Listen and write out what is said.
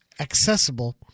accessible